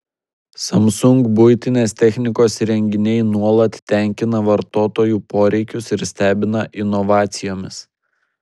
samsung buitinės technikos įrenginiai nuolat tenkina vartotojų poreikius ir stebina inovacijomis